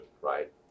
right